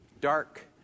Dark